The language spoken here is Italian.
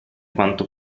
quanto